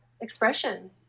expression